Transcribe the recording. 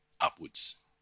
upwards